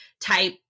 type